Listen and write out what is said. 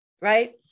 Right